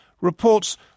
reports